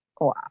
Wow